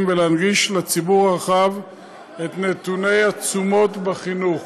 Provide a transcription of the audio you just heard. ולהנגיש לציבור הרחב את נתוני התשומות בחינוך.